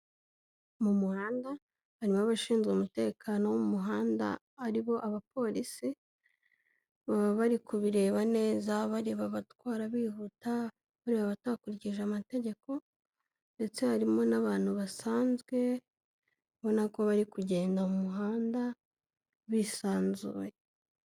Mu muhanda harimo abashinzwe umutekano wo mu muhanda ari bo abapolisi, baba bari kubireba neza bareba abatwara bihuta, bareba abatakurikije amategeko ndetse harimo n'abantu basanzwe ubona ko bari kugenda mu muhanda bisanzuye.